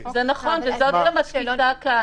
זאת גם התפיסה כאן